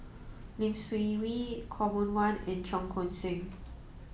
Lee Seng Wee Khaw Boon Wan and Cheong Koon Seng